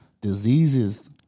diseases